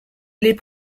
les